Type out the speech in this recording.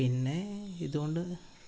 പിന്നേ ഇതുകൊണ്ട്